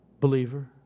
believer